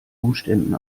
umständen